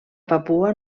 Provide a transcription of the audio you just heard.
papua